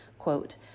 Quote